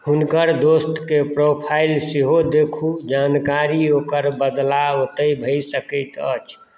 हुनकर दोस्तके प्रोफाइल सेहो देखू जानकारी ओकर बदला ओतय भऽ सकैत अछि